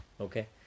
Okay